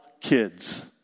kids